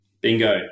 Bingo